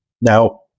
Now